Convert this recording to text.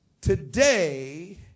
today